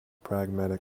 pragmatic